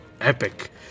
epic